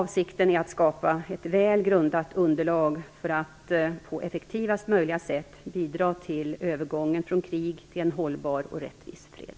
Avsikten är att skapa ett väl grundat underlag för att på effektivast möjliga sätt bidra till övergången från krig till en hållbar och rättvis fred.